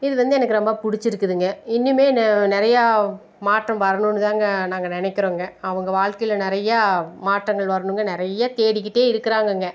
இது வந்து எனக்கு ரொம்ப பிடிச்சிருக்குதுங்க இன்னுமே நிறையா மாற்றம் வரணும்னு தாங்க நாங்கள் நினைக்கிறோங்க அவங்க வாழ்க்கையில நிறையா மாற்றங்கள் வரணுங்க நிறைய தேடிக்கிட்டே இருக்கிறாங்கங்க